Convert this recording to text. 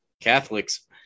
Catholics